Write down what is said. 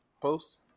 posts